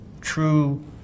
true